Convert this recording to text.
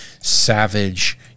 savage